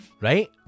right